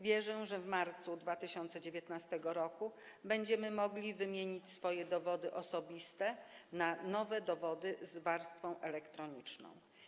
Wierzę, że w marcu 2019 r. będziemy mogli wymienić swoje dowody osobiste na nowe dowody z warstwą elektroniczną.